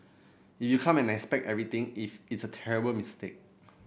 if you come and expect everything if it's a terrible mistake